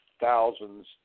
thousands